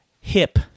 hip